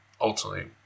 Ultimately